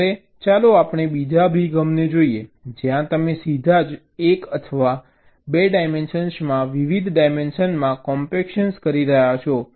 હવે ચાલો આપણે બીજા અભિગમને જોઈએ જ્યાં તમે સીધા જ એક અથવા 2 ડાયમેન્શનમાં વિવિધ ડાયમેન્શનોમાં કોમ્પેક્શન કરી રહ્યા છો